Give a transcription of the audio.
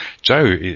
Joe